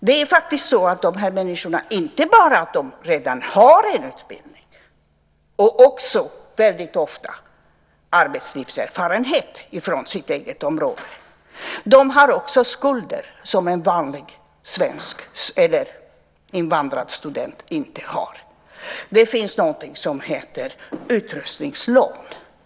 De här människorna har inte bara redan en utbildning, och också väldigt ofta arbetslivserfarenhet från sitt eget område, utan också skulder som en vanlig svensk eller invandrad student inte har. Det finns någonting som heter utrustningslån.